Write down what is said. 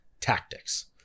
tactics